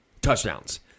touchdowns